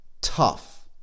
tough